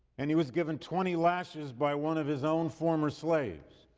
and he was given twenty lashes by one of his own former slaves,